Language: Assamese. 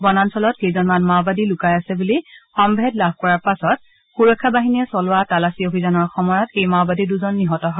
বনাঞ্চলত কেইজনমান মাওবাদী লুকাই আছে বুলি সভেদ লাভ কৰাৰ পাছত সুৰক্ষা বাহিনীয়ে চলোৱা তালাচী অভিযানৰ সময়ত এই মাওবাদী দুজন নিহত হয়